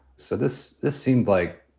so this this seemed like,